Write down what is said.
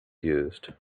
used